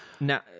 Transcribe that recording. Now